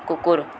কুকুৰ